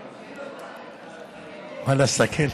ואללה, תסתכל.